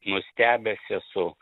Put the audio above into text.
nustebęs esu